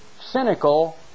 cynical